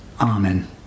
Amen